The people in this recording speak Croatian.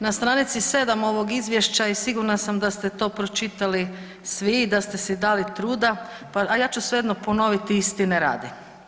Na stranici 7 ovog izvješća i sigurna sam da ste to pročitali svi i da ste si dali truda, a ja ću svejedno ponoviti istine radi.